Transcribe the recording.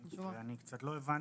קצת לא הבנתי.